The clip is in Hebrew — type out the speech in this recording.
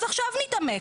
אז עכשיו נתעמק.